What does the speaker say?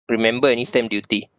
remember any stamp duty